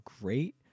great